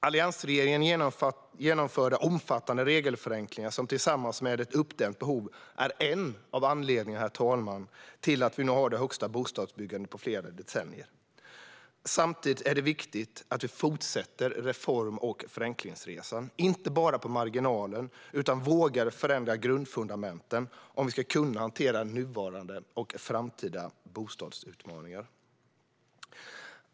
Alliansregeringen genomförde omfattande regelförenklingar som tillsammans med ett uppdämt behov är en av anledningarna till att vi nu har det högsta bostadsbyggandet på flera decennier. Samtidigt är det viktigt att vi fortsätter reform och förenklingsresan - inte bara på marginalen, utan så att vi vågar förändra grundfundamenten, om vi ska kunna hantera nuvarande och framtida bostadsutmaningar.